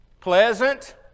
Pleasant